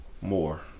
more